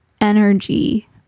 energy